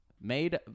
made